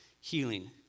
healing